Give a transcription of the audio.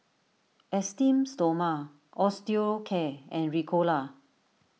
Esteem Stoma Osteocare and Ricola